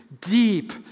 deep